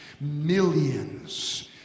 Millions